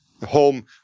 home